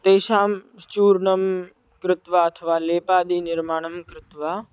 तेषां चूर्णं कृत्वा अथवा लेपादिनिर्माणं कृत्वा